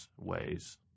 ways